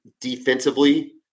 defensively